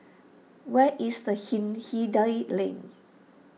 where is the Hindhede Lane